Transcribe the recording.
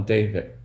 David